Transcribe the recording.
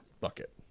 bucket